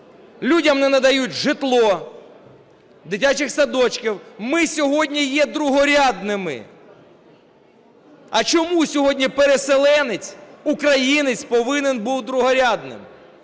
Людям не надають житло, дитячих садочків. Ми сьогодні є другорядними. А чому сьогодні переселенець українець повинен бути другорядним?